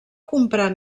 comprar